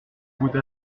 goûte